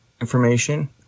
information